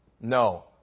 No